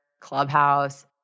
Clubhouse